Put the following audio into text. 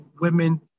women